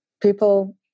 people